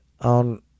on